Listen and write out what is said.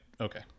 Okay